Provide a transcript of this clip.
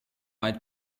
bei